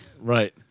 Right